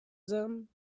them